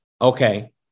okay